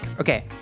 Okay